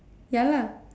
ya lah